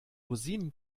rosinen